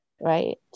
Right